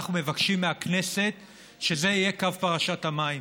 אנחנו מבקשים מהכנסת שזה יהיה קו פרשת המים,